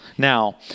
Now